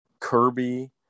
Kirby